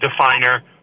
definer